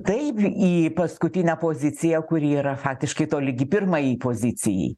taip į paskutinę poziciją kuri yra faktiškai tolygi pirmajai pozicijai